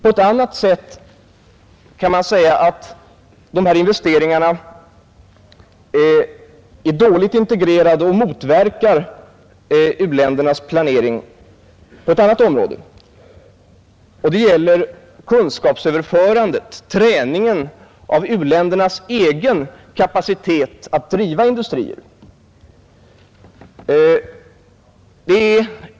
Man kan säga att dessa investeringar är dåligt integrerade och motverkar u-ländernas planering på ett annat område, nämligen kunskapsöverförandet — träningen av u-ländernas egen kapacitet att driva industrier.